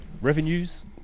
revenues